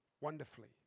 wonderfully